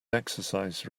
exercise